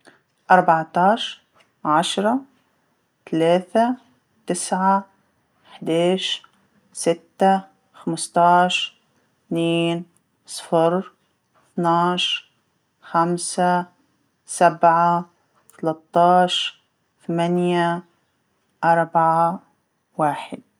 أرباطاعش، عشره، تلاثة، تسعه، حداعش، سته، خمسطاعش، تنين، صفر، طناعش، خمسه، سبعه، ثلاطاعش، ثمانيه، أربعه، واحد.